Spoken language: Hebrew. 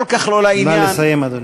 כל כך לא לעניין, נא לסיים, אדוני.